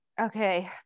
okay